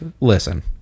listen